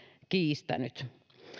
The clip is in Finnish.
kiistänyt